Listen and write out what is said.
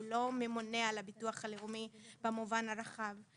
הוא לא ממונה על הביטוח הלאומי מובן הרחב,